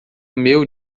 meu